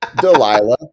Delilah